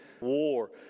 War